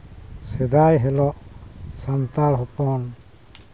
ᱥᱮᱫᱟᱭ ᱦᱤᱞᱳᱜ ᱥᱟᱱᱛᱟᱲ ᱦᱚᱯᱚᱱ